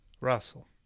Russell